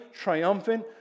triumphant